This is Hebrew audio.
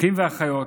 אחים ואחיות,